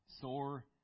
sore